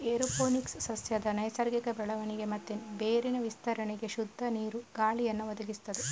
aeroponics ಸಸ್ಯದ ನೈಸರ್ಗಿಕ ಬೆಳವಣಿಗೆ ಮತ್ತೆ ಬೇರಿನ ವಿಸ್ತರಣೆಗೆ ಶುದ್ಧ ನೀರು, ಗಾಳಿಯನ್ನ ಒದಗಿಸ್ತದೆ